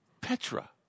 Petra